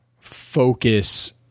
focus